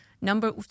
number